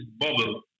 bubble